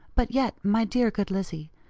but yet, my dear good lizzie,